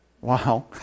Wow